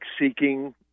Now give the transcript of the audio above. seeking